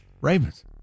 Ravens